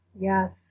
Yes